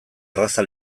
erraza